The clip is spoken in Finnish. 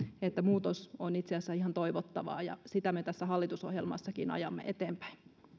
että muutos on itse asiassa ihan toivottavaa ja sitä me tässä hallitusohjelmassakin ajamme eteenpäin